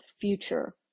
future